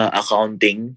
accounting